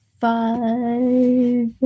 Five